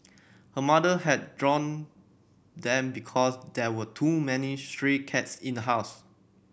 her mother had drowned them because there were too many stray cats in the house